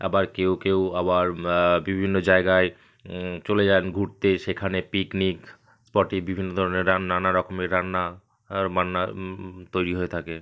আবার কেউ কেউ আবার বিভিন্ন জায়গায় চলে যান ঘুরতে সেখানে পিকনিক স্পটে বিভিন্ন ধরনের রান্না নানা রকমের রান্না বান্না তৈরি হয়ে থাকে